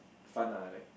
fun lah like